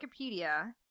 Wikipedia